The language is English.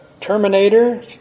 Terminator